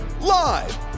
live